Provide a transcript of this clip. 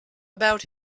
about